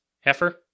heifer